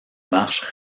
marche